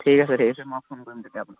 ঠিক আছে ঠিক আছে মই ফোন কৰিম তেতিয়া আপোনাক